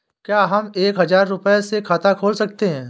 क्या हम एक हजार रुपये से खाता खोल सकते हैं?